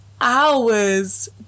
hours